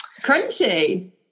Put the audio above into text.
crunchy